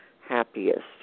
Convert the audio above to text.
happiest